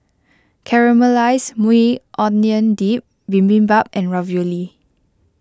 Caramelized Maui Onion Dip Bibimbap and Ravioli